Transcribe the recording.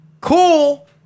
Cool